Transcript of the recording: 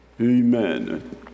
Amen